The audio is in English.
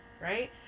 right